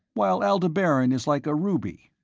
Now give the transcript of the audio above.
while aldebaran is like a ruby